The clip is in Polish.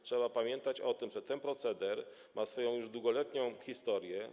Trzeba pamiętać o tym, że ten proceder ma już długoletnia historię.